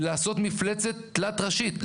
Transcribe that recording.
ולעשות מפלצת תלת ראשית.